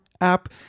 App